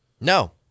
No